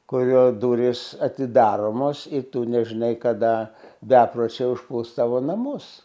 kurio durys atidaromos ir tu nežinai kada bepročiai užplūs tavo namus